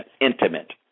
intimate